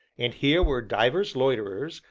and here were divers loiterers,